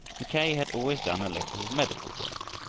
mackay had always done a little medical work,